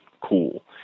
cool